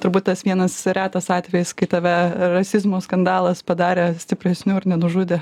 turbūt tas vienas retas atvejis kai tave rasizmo skandalas padarė stipresniu ir nenužudė